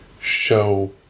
show